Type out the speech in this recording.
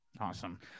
Awesome